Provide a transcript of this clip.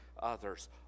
others